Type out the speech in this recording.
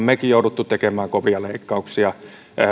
mekin joutuneet tekemään kovia leikkauksia